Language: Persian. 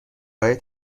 های